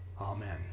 Amen